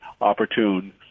opportune